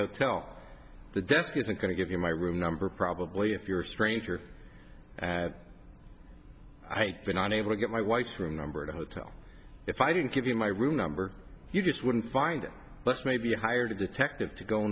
hotel the desk isn't going to give you my room number probably if you're a stranger at i'd been unable to get my wife's room number to a hotel if i didn't give you my room number you just wouldn't find let's maybe hire detectives to go